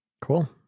Cool